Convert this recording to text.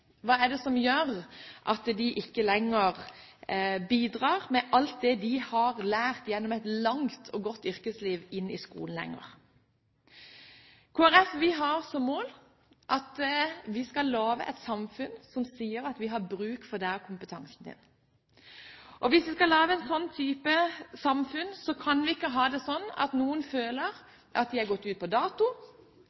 Hva er det som gjør at de ikke lenger bidrar med alt det de har lært gjennom et langt og godt yrkesliv, inn i skolen lenger? Kristelig Folkeparti har som mål at vi skal lage et samfunn der vi sier at vi har bruk for denne kompetansen. Hvis vi skal lage en slik type samfunn, kan vi ikke ha det slik at noen føler